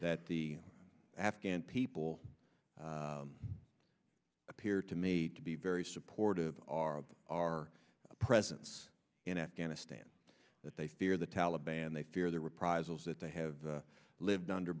that the afghan people appear to me to be very supportive of our our presence in afghanistan that they fear the taliban they fear the reprisals that they have lived under